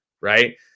right